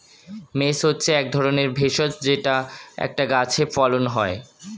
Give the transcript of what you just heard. mace হচ্ছে এক ধরনের ভেষজ যেটা একটা গাছে ফলন হয়